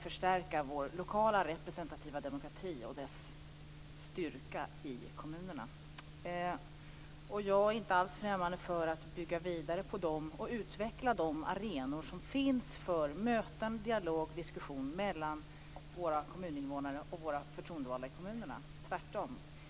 Herr talman! Jag tror att vi har en stor samsyn, Carina Hägg, när det gäller behovet av att ytterligare förstärka vår lokala representativa demokrati och dess styrka i kommunerna. Jag är inte alls främmande för att bygga vidare på och utveckla de arenor som finns för möten, dialog och diskussion mellan våra kommuninvånare och de förtroendevalda i kommunerna, tvärtom.